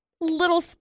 little